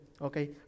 Okay